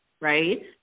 right